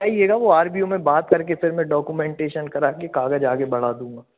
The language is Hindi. बताइएगा वो आर बी यू में बात करके फिर मैं डॉक्यूमेंटेशन कराके कागज़ आगे बढ़ा दूँगा